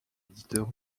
éditeur